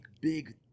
big